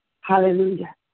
Hallelujah